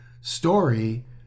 story